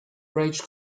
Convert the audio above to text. rage